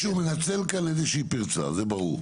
מישהו מנצל כאן איזושהי פרצה, זה ברור.